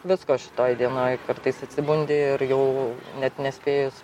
visko šitoj dienoj kartais atsibundi ir jau net nespėjus